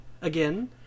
again